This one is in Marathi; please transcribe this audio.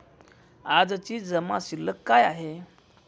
आजची जमा शिल्लक काय आहे?